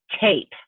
tape